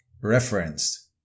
referenced